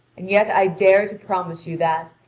and yet i dare to promise you that,